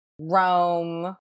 Rome